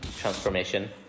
transformation